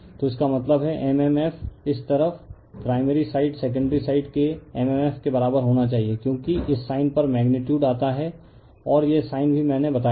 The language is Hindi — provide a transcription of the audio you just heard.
तो इसका मतलब है mmf इस तरफ प्राइमरी साइड सेकेंडरी साइड के mmf के बराबर होना चाहिए क्योंकि इस साइन पर मेगनीटयूड आता है और यह साइन भी मैंने बताया था